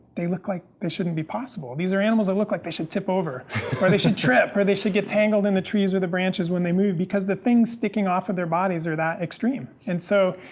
they look like they shouldn't be possible. these are animals that look like they should tip over or they should trip or they should get tangled in the trees or the branches when they move, because the things sticking off of their bodies are that extreme and so,